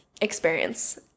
experience